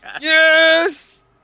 yes